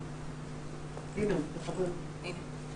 והנוכחים ולעוסקים במלאכה על הפורום החשוב והמרגש הזה.